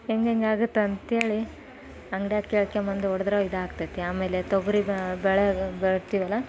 ಹೆಂಗೆಂಗೆ ಆಗುತ್ತೆ ಅಂಥೇಳಿ ಅಂಗ್ಡ್ಯಾಗ ಕೇಳ್ಕೊಂಡ್ಬಂದು ಹೊಡ್ದ್ರು ಇದಾಗ್ತೈತಿ ಆಮೇಲೆ ತೊಗರಿ ಬೆಳೆಗೆ ಬೆಳಿತೀವಲ್ಲ